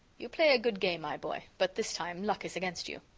you play a good game, my boy, but this time luck is against you.